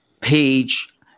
page